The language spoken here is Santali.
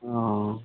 ᱚᱻ